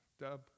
dub